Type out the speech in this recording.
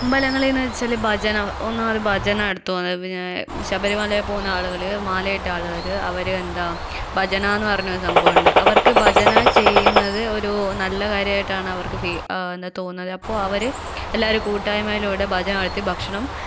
അമ്പലങ്ങളിലെന്നു വെച്ചാൽ ഭജന ഒന്നാമത് ഭജന എടുത്തുപറയാം ഇപ്പോൾ ഞാൻ ശബരിമലയിൽ പോകുന്ന ആളുകൾ മാലയിട്ട ആൾകാൾ അവർ എന്താ ഭജനയെന്നു പറഞ്ഞൊരു സംഭവമുണ്ട് അവർക്ക് ഭജന ചെയ്യുന്നത് ഒരു നല്ല കാര്യമായിട്ടാണ് അവർക്ക് ഫീൽ എന്താ തോന്നുന്നത് അപ്പോൾ അവർ എല്ലാവരും കൂട്ടായ്മയിലൂടെ ഭജന നടത്തി ഭക്ഷണം